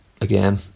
again